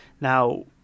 Now